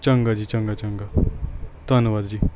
ਚੰਗਾ ਜੀ ਚੰਗਾ ਚੰਗਾ ਧੰਨਵਾਦ ਜੀ